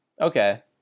Okay